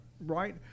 right